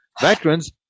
veterans